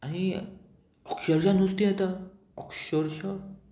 आनी अक्षरशा नुस्तें येता अक्षरशा